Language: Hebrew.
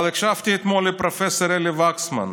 אבל הקשבתי אתמול לפרופ' אלי וקסמן,